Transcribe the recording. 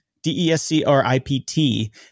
D-E-S-C-R-I-P-T